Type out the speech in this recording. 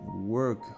work